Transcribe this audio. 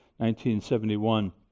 1971